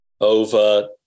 over